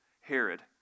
Herod